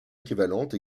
équivalente